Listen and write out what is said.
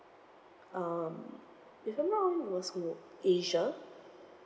um if I'm not wrong was uh asia